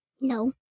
No